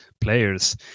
players